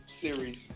Series